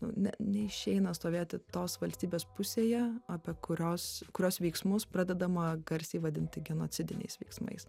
nu ne neišeina stovėti tos valstybės pusėje apie kurios kurios veiksmus pradedama garsiai vadinti genocidiniais veiksmais